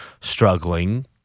struggling –